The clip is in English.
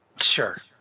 Sure